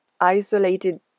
isolated